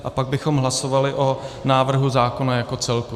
A pak bychom hlasovali o návrhu zákona jako celku.